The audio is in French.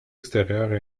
extérieure